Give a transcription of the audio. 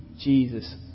Jesus